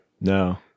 No